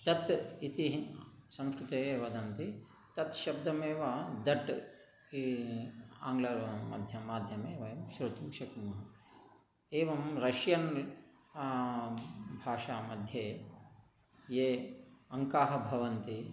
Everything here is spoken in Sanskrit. तत् इति संस्कृते वदन्ति तत् शब्दमेव दट् ई आङ्ग्लमाध्यमे माध्यमे वयं श्रोतुं शक्नुमः एवं रष्यन् भाषामध्ये ये अङ्काः भवन्ति